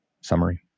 summary